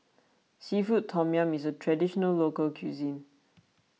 Seafood Tom Yum is a Traditional Local Cuisine